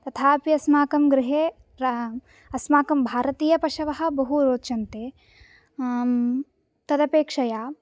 तथापि अस्माकं गृहे अस्माकं भारतीयपशवः बहु रोचन्ते तदपेक्षया